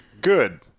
Good